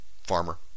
farmer